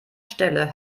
stelle